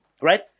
Right